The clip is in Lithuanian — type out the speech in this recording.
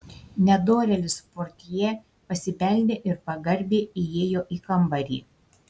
nedorėlis portjė pasibeldė ir pagarbiai įėjo į kambarį